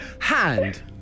Hand